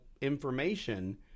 information